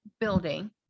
building